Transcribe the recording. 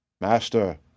Master